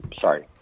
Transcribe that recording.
Sorry